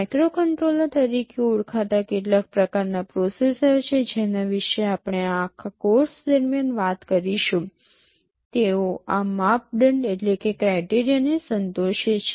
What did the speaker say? microcontroller તરીકે ઓળખાતા કેટલાક પ્રકારનાં પ્રોસેસર છે જેના વિશે આપણે આ આખા કોર્ષ દરમિયાન વાત કરીશું તેઓ આ તમામ માપદંડો ને સંતોષે છે